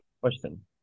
question